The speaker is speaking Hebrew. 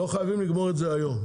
לא חייבים לגמור את זה היום.